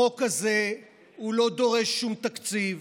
החוק הזה לא דורש שום תקציב,